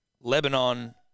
Lebanon